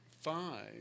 five